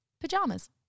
pajamas